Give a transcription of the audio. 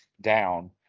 down